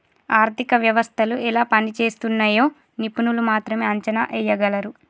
ఆర్థిక వ్యవస్థలు ఎలా పనిజేస్తున్నయ్యో నిపుణులు మాత్రమే అంచనా ఎయ్యగలరు